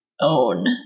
own